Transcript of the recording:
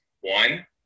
One